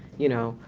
you know,